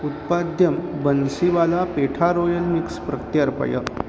उत्पाद्यं Bansiwala petha royal mix प्रत्यर्पय